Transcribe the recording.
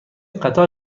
قطار